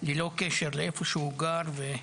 ללא קשר לאיפה שהוא גר.